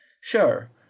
Sure